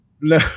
No